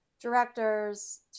directors